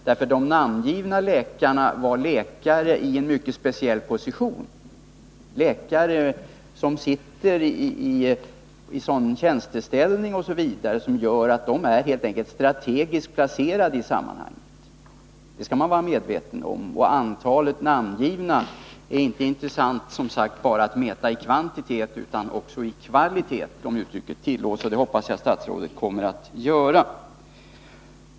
De namngivna läkarna var läkare i en mycket speciell position, läkare som sitter i en tjänsteställning som gör att de helt enkelt är strategiskt placerade i sammanhanget. Det skall man vara medveten om. De namngivna är som sagt inte intressanta att mäta bara i kvantitet utan också i kvalitet, om uttrycket tillåtes. Det hoppas jag statsrådet kommer att göra.